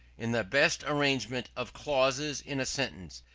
in the best arrangement of clauses in a sentence,